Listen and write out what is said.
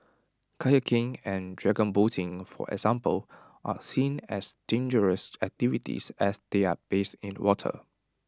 kayaking and dragon boating for example are seen as dangerous activities as they are based in water